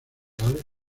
reales